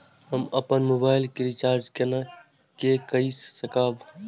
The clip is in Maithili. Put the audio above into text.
हम अपन मोबाइल के रिचार्ज के कई सकाब?